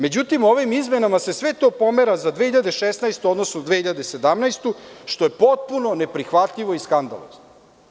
Međutim, ovim izmenama se sve to pomera za 2016, odnosno 2017. godinu što je potpuno neprihvatljivo i skandalozno.